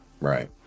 right